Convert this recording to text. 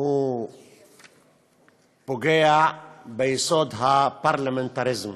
הוא פוגע ביסוד הפרלמנטריזם.